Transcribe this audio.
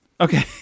Okay